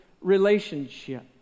relationship